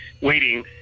waiting